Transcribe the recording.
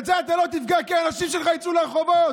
בזה אתה לא תפגע, כי האנשים שלך יצאו לרחובות.